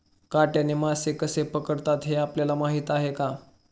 काट्याने मासे कसे पकडतात हे आपल्याला माहीत आहे का?